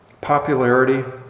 popularity